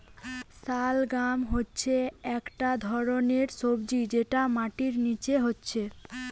শালগাম হচ্ছে একটা ধরণের সবজি যেটা মাটির নিচে হচ্ছে